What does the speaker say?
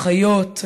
אחיות,